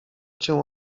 cię